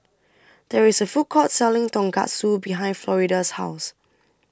There IS A Food Court Selling Tonkatsu behind Florida's House